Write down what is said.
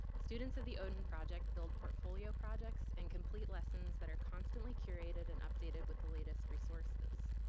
students of the odin project build portfolio projects and complete lessons that are constantly curated and updated with the latest resources.